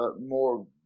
more